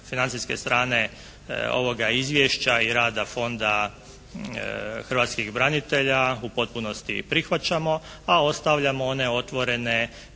financijske strane ovoga izvješća i rada Fonda hrvatskih branitelja u potpunosti prihvaćamo, a ostavljamo one otvorene